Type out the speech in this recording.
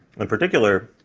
in particular,